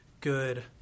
good